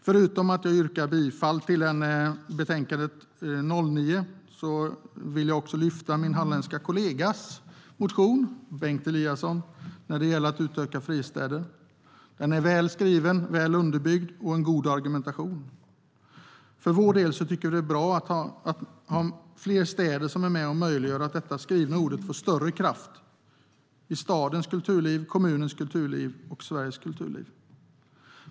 Förutom att jag yrkar bifall till förslaget i betänkande KrU9 vill jag också lyfta fram min halländske kollegas, Bengt Eliassons, motion i fråga om att utöka fristäder. Den är välskriven och väl underbyggd med god argumentation. Vi tycker att det är bra att fler städer är med och möjliggör att det skrivna ordet får större kraft i stadens kulturliv, kommunens kulturliv och Sveriges kulturliv.